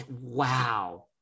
wow